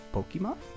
Pokemon